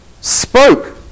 spoke